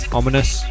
ominous